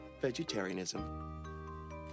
vegetarianism